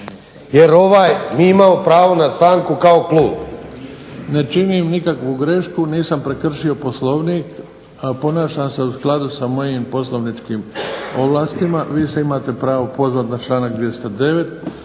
jer mi imamo pravo na stanku kao klub. **Bebić, Luka (HDZ)** Ne činim nikakvu grešku. Nisam prekršio Poslovnik. Ponašam se u skladu sa mojim poslovničkim ovlastima. Vi se imate pravo pozvati na članak 209.